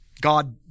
God